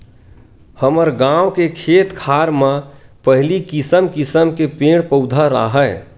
हमर गाँव के खेत खार म पहिली किसम किसम के पेड़ पउधा राहय